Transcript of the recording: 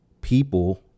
people